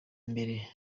mbere